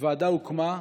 הוועדה הוקמה,